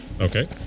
Okay